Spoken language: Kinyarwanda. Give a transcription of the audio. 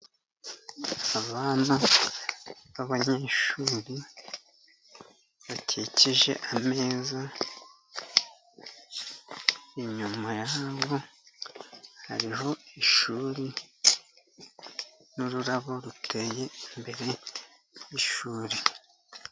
Abana b'abanyeshuri bakikije ameza, inyuma yabo hariho ishuri n'ururabo ruteye imbere y'ishuri.